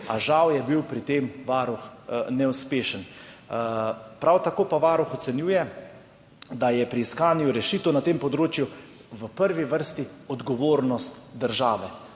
a žal je bil pri tem Varuh neuspešen. Prav tako pa Varuh ocenjuje, da je pri iskanju rešitev na tem področju v prvi vrsti odgovornost države.